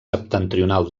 septentrional